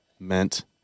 meant